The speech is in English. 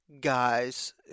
guys